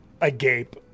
agape